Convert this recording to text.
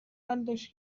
حلش